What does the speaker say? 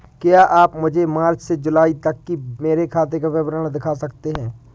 क्या आप मुझे मार्च से जूलाई तक की मेरे खाता का विवरण दिखा सकते हैं?